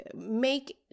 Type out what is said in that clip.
make